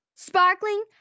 Sparkling